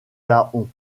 laon